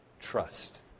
Trust